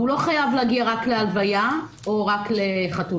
הוא לא חייב להגיע רק להלוויה או רק לחתונה.